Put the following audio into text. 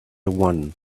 one